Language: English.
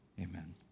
amen